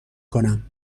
کنم